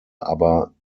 aber